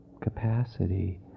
capacity